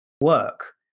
work